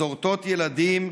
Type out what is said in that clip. סורטות ילדים,